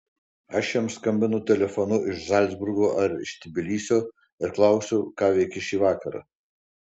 aš jam skambinu telefonu iš zalcburgo ar iš tbilisio ir klausiu ką veiki šį vakarą